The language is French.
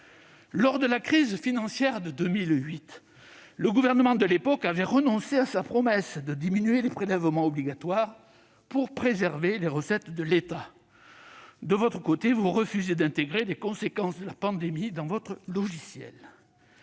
Lors de la crise financière de 2008, le Gouvernement avait renoncé à sa promesse de diminuer les prélèvements obligatoires, afin de préserver les recettes de l'État. De votre côté, madame la secrétaire d'État, vous refusez d'intégrer les conséquences de la pandémie dans votre logiciel.